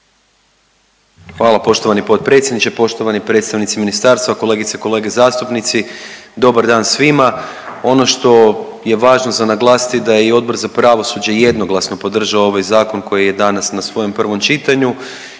Hvala poštovani potpredsjedniče, poštovani predstavnici ministarstva, kolegice i kolege zastupnici dobar dan svima. Ono što je važno za naglasiti da je i Odbor za pravosuđe jednoglasno podržao ovaj zakon koji je danas na svojem prvom čitanju